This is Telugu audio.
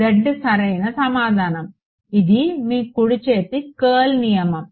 z సరైన సమాదనం ఇది మీ కుడి చేతి కర్ల్ నియమం